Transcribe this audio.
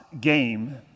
game